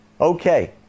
Okay